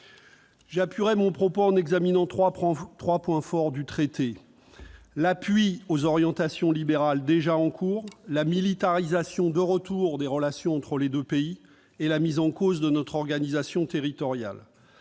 Je motiverai mon propos en examinant trois points importants du traité : l'appui aux orientations libérales déjà en cours, la remilitarisation des relations entre les deux pays, la mise en cause de notre organisation territoriale.